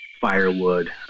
Firewood